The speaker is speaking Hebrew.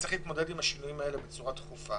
אז צריך להתמודד עם השינויים האלה בצורה דחופה.